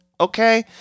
Okay